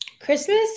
Christmas